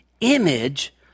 image